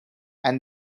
and